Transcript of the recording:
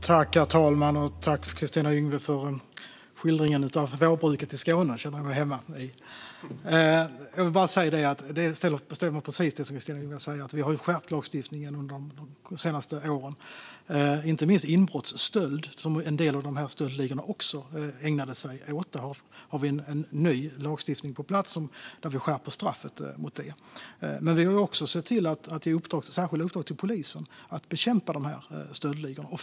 Herr talman! Tack, Kristina Yngwe, för skildringen av vårbruket i Skåne - den känner jag mig hemma i! Det stämmer precis som Kristina Yngwe säger: Vi har skärpt lagstiftningen de senaste åren, inte minst när det gäller inbrottsstöld, som en del av dessa stöldligor också ägnat sig åt. Vi har en ny lagstiftning på plats där vi skärper straffet för detta. Vi har också gett särskilda uppdrag till polisen att bekämpa stöldligorna.